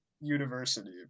university